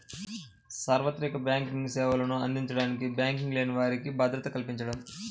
సార్వత్రిక బ్యాంకింగ్ సేవలను అందించడానికి బ్యాంకింగ్ లేని వారికి భద్రత కల్పించడం